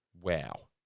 Wow